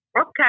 Okay